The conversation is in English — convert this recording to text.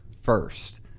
first